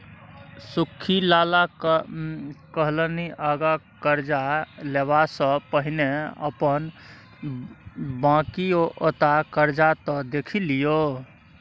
सुख्खी लाला कहलनि आँगा करजा लेबासँ पहिने अपन बकिऔता करजा त देखि लियौ